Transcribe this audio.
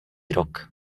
rok